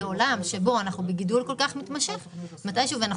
בעולם שבו אנחנו בגידול כל כך מתמשך ואנחנו